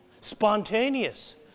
Spontaneous